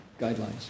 guidelines